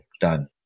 done